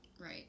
right